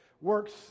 works